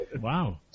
Wow